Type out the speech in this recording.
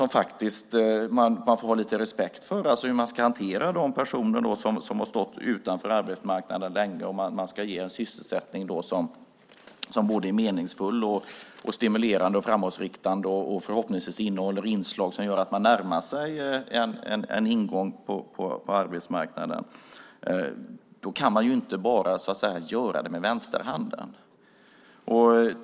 Man får ha lite respekt för hur man ska hantera de personer som har stått utanför arbetsmarknaden länge och som man ska ge en sysselsättning som är meningsfull, stimulerande, framåtriktande och förhoppningsvis innehåller inslag som gör att de närmar sig en ingång på arbetsmarknaden. Då kan man inte bara göra det med vänsterhanden.